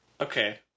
Okay